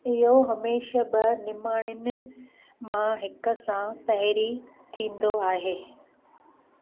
इहो हमेशह ब॒ निर्माणिन मां हिक सां पहिरीं थींदो आहे